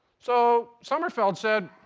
so sommerfeld said,